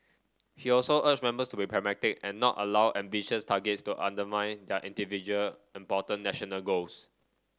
he also urged members to be pragmatic and not allow ambitious targets to undermine their individual important national goals